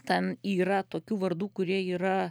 ten yra tokių vardų kurie yra